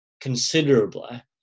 considerably